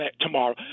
tomorrow